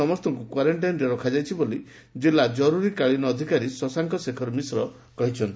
ସମସ୍ତଙ୍କୁ କ୍ୱାରେକ୍କାଇନରେ ରଖାଯାଇଛି ବୋଲି ଜିଲ୍ଲା ଜରୁରୀକାଳୀନ ଅଧିକାରୀ ଶଶାଙ୍କଶେଖର ମିଶ୍ର କହିଛନ୍ତି